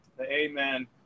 Amen